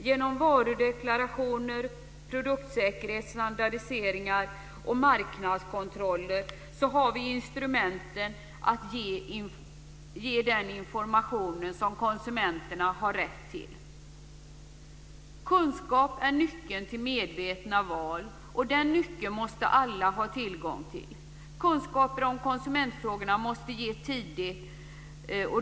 Genom varudeklarationer, produktsäkerhet, standardiseringar och marknadskontroller har vi instrumenten att ge den information konsumenterna har rätt till. Kunskap är nyckeln till medvetna val, och den måste alla få tillgång till. Kunskaper om konsumentfrågor måste ges tidigt.